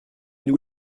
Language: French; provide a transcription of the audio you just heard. nous